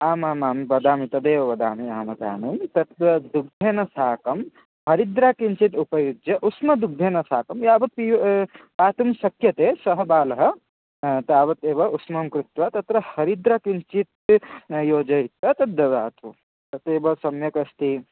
आम् आम् आम् वदामि तदेव वदामि अहं वदामि तस्य दुग्धेन साकं हरिद्रां किञ्चित् उपयुज्य उष्णदुग्धेन साकं यावत् पीयु पातुं शक्यते सः बालः तावत् एव उष्णं कृत्वा तत्र हरिद्रां किञ्चित् योजतित्वा तत् ददातु तदेव सम्यक् अस्ति